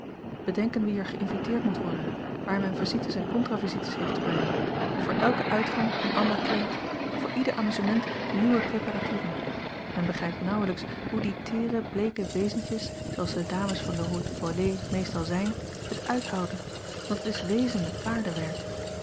bedenken wie er geïnviteerd moet worden waar men visites en contra visites heeft te brengen voor elken uitgang een ander kleed voor ieder amusement nieuwe preparatieven men begrijpt nauwelijks hoe die teere bleeke wezentjes zooals de dames van de haute volée meestal zijn het uithouden want het is wezenlijk